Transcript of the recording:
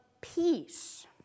peace